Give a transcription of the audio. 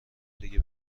دیگه